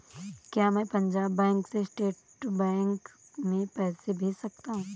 क्या मैं पंजाब बैंक से स्टेट बैंक में पैसे भेज सकता हूँ?